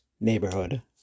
neighborhood